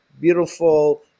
beautiful